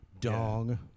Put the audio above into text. Dong